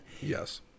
yes